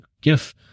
GIF